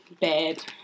bad